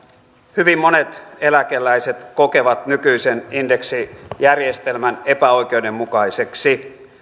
hyvin monet eläkeläiset kokevat nykyisen indeksijärjestelmän epäoikeudenmukaiseksi